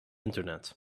internet